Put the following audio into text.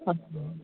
हा